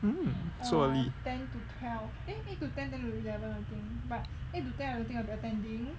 so early